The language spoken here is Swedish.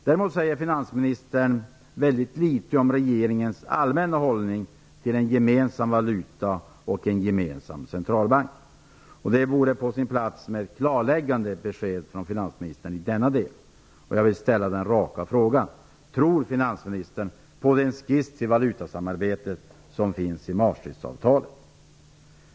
Däremot säger finansministern väldigt litet om regeringens allmänna hållning till en gemensam valuta och en gemensam centralbank. Det vore på sin plats med ett klarläggande besked från finansministern i denna del. Jag vill då ställa den raka frågan: Tror finansministern på den skiss till valutasamarbete som finns i Maastrichtavtalet?